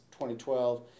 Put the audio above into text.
2012